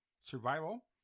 survival